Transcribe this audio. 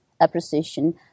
appreciation